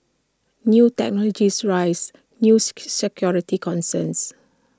new technologies raise news security concerns